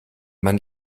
man